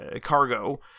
cargo